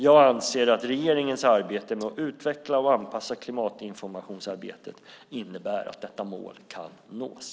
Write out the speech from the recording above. Jag anser att regeringens arbete med att utveckla och anpassa klimatinformationsarbetet innebär att detta mål kan nås.